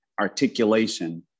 articulation